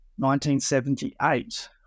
1978